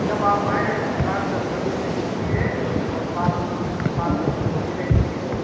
जब आप आएं दुकान दस बजे से खुलती है और शाम सात बजे तक खुली रहती है